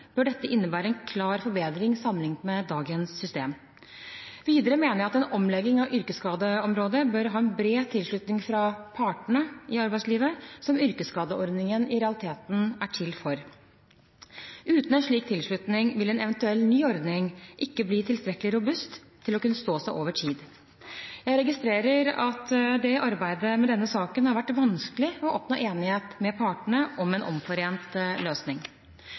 bør dette innebære en klar forbedring sammenlignet med dagens system. Videre mener jeg at en omlegging av yrkesskadeområdet bør ha bred tilslutning fra partene i arbeidslivet, som yrkesskadeordningen i realiteten er til for. Uten en slik tilslutning vil en eventuell ny ordning ikke bli tilstrekkelig robust til å kunne stå seg over tid. Jeg registrerer at det i arbeidet med denne saken har vært vanskelig å oppnå enighet med partene om en omforent løsning.